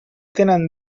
tenen